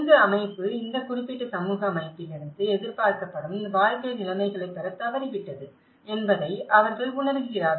இந்த அமைப்பு இந்த குறிப்பிட்ட சமூக அமைப்பு அமைப்பிலிருந்து எதிர்பார்க்கப்படும் வாழ்க்கை நிலைமைகளைப் பெறத் தவறிவிட்டது என்பதை அவர்கள் உணர்கிறார்கள்